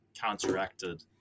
counteracted